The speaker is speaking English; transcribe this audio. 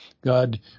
God